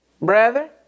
Brother